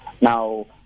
Now